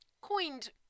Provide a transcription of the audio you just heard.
coined